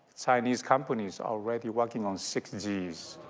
chinese companies already working on six gs.